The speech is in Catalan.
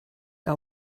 que